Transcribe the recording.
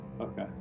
Okay